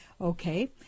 Okay